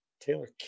Taylor